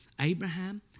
Abraham